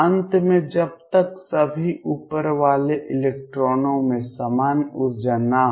अंत में जब तक सभी ऊपरवाले इलेक्ट्रॉनों में समान ऊर्जा न हो